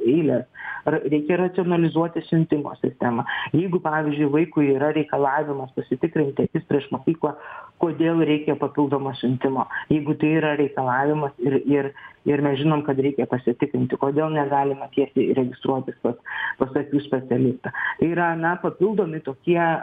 eilę ar reikia racionalizuoti siuntimo sistemą jeigu pavyzdžiui vaikui yra reikalavimas pasitikrinti akis prieš mokyklą kodėl reikia papildomo siuntimo jeigu tai yra reikalavimas ir ir ir mes žinom kad reikia pasitikrinti kodėl negalima tiesiai registruotis pas pas akių specialistą tai yra na papildomi tokie